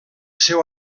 seu